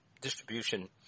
distribution